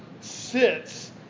sits